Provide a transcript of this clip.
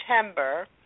September